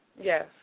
Yes